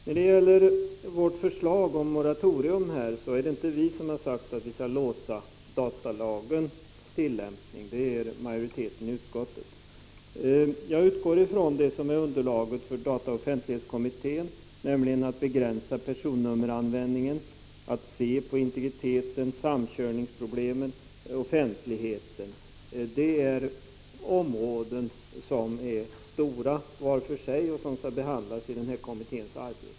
När det gäller vårt förslag om moratorium är det inte vi som har sagt att datalagens tillämpning skall låsas, utan det är majoriteten i utskottet. Jag utgår ifrån det som är underlaget för dataoch offentlighetskommitténs arbete, nämligen att begränsa personnummeranvändningen samt att studera integriteten, samkörningsproblemen och offentligheten. Det är områden som är stora vart för sig och som skall behandlas av kommittén.